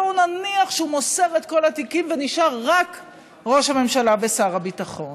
בואו נניח שהוא מוסר את כל התיקים ונשאר רק ראש הממשלה ושר הביטחון.